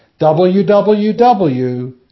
www